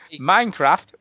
Minecraft